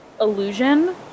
illusion